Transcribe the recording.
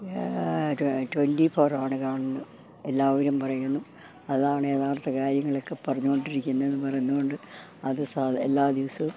twenty four ആണ് കാണുന്നത് എല്ലാവരും പറയുന്നു അതാണ് യഥാർഥ കാര്യങ്ങളൊക്കെ പറഞ്ഞുകൊണ്ടിരിക്കുന്നതെന്ന് പറയുന്നത് കൊണ്ട് അത് എല്ലാ ദിവസവും